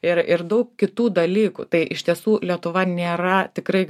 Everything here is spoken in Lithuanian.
ir ir daug kitų dalykų tai iš tiesų lietuva nėra tikrai